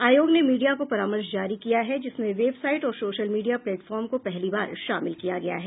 आयोग ने मीडिया को परामर्श जारी किया है जिसमें वेबसाइट और सोशल मीडिया प्लेटफार्म को पहली बार शामिल किया गया है